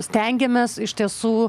stengiamės iš tiesų